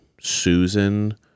Susan